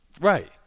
Right